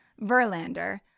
Verlander